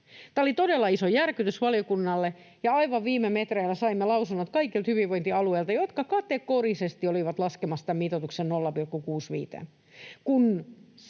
Tämä oli todella iso järkytys valiokunnalle, ja aivan viime metreillä saimme lausunnot kaikilta hyvinvointialueilta, jotka kategorisesti olivat laskemassa tämän mitoituksen 0,65:een